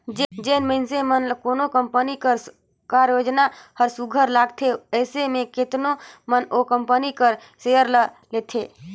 जेन मइनसे मन ल कोनो कंपनी कर कारयोजना हर सुग्घर लागथे अइसे में केतनो मन ओ कंपनी कर सेयर ल लेथे